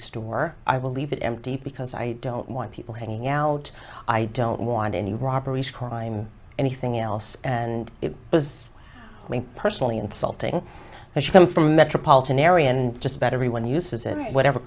store i will leave it empty because i don't want people hanging out i don't want any robberies crime anything else and it was me personally insulting that you come from a metropolitan area and just about everyone uses in whatever